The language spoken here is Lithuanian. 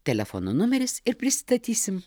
telefono numeris ir pristatysim